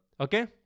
Okay